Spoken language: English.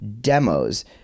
demos